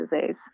disease